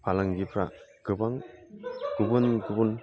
फालांगिफ्रा गोबां गुबुन गुबुन